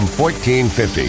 1450